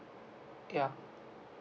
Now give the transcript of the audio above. yeah